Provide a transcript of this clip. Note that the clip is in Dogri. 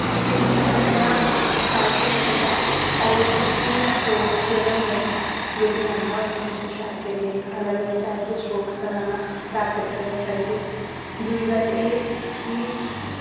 स्किल्स न ओह् इ'यां शैल करी सकदा ऐ पैह्ले ते उस्सी स्ट्रोक्स जेह्ड़े होंदे न जेह्ड़ी लाइनां होंदियां न ओह् शैल करियै अलग अलग टाइप दे स्ट्रोक्स बनाना प्रैक्टिस करने चाहिदे दूई गल्ल एह् की